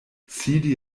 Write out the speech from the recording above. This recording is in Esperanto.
sidi